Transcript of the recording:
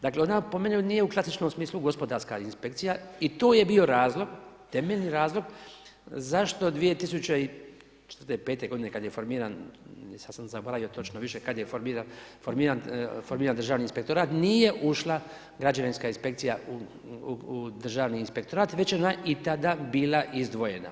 Dakle, ona po meni nije u klasičnom smislu gospodarska inspekcija i to je bio razlog, temeljni razlog zašto 2004., 5. godine kad je formiran, sad sam zaboravio točno kad je formiran državni inspektorat nije ušla građevinska inspekcija u državni inspektorat već je i tada bila izdvojena.